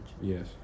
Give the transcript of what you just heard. Yes